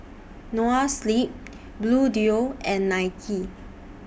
Noa Sleep Bluedio and Nike